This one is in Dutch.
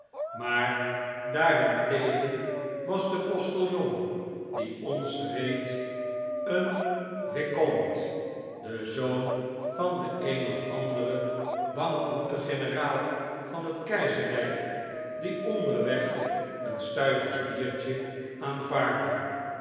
maar daarentegen was de postiljon die ons reed een vicomte de zoon van den een of anderen bankroeten generaal van het keizerrijk die onderweg een stuivers biertje aanvaardde